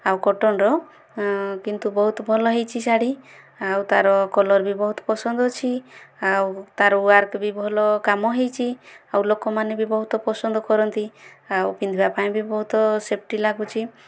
ଆଉ କଟନର କିନ୍ତୁ ବହୁତ ଭଲ ହେଇଛି ଶାଢ଼ୀ ଆଉ ତାର କଲର ବି ବହୁତ ପସନ୍ଦ ଅଛି ଆଉ ତାର ୱାର୍କ ବି ଭଲ କାମ ହେଇଛି ଆଉ ଲୋକମାନେ ବି ବହୁତ ପସନ୍ଦ କରନ୍ତି ଆଉ ପିନ୍ଧିବା ପାଇଁ ବି ବହୁତ ସେଫଟି ଲାଗୁଛି